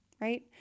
right